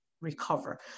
recover